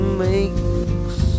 makes